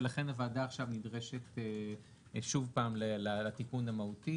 ולכן הוועדה עכשיו נדרשת שוב פעם לתיקון המהותי,